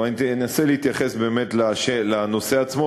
אבל אני אנסה להתייחס באמת לנושא עצמו,